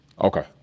Okay